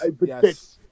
Yes